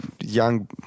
young